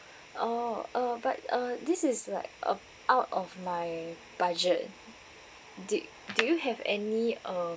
oh uh but uh this is like uh out of my budget do do you have any um